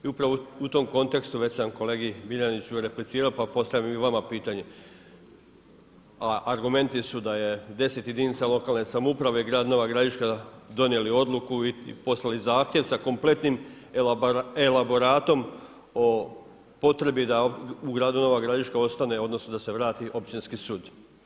I upravo u tom kontekstu, već sam kolegi Miljeniću replicirao pa postavljam i vama pitanje a argumenti su da je 10 jedinica lokalne samouprave i grad Nova Gradiška donijeli odluku i poslali zahtjev sa kompletnim elaboratom o potrebi da u gradu Nova Gradiška ostane odnosno da se vrati općinski sud.